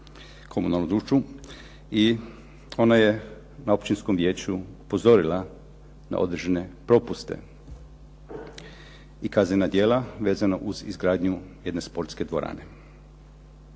komunalnom poduzeću ... i ona je na Općinskom vijeću upozorila na određene propuste i kaznena djela vezano uz izgradnju jedne sportske dvorane.